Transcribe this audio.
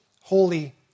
holy